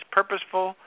purposeful